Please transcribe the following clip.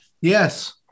Yes